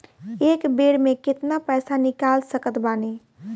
एक बेर मे केतना पैसा निकाल सकत बानी?